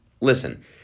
Listen